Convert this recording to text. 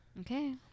Okay